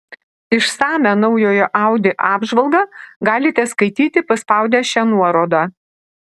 išsamią naujojo audi apžvalgą galite skaityti paspaudę šią nuorodą